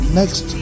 next